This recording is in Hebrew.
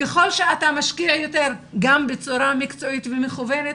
ככל שאתה משקיע יותר גם בצורה מקצועית ומכוונת,